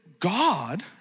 God